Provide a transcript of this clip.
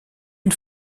une